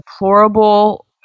deplorable